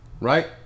right